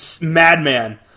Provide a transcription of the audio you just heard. madman